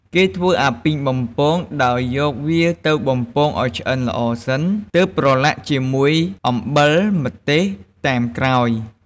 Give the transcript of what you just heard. គេធ្វើអាពីងបំពង ដោយយកវាទៅបំពងឱ្យឆ្អិនល្អសិន ទើបប្រឡាក់វាជាមួយអំបិលម្ទេសតាមក្រោយ។